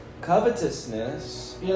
Covetousness